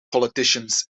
politicians